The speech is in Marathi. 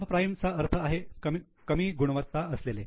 सबप्राईम अर्थ आहे कमी गुणवत्ता असलेले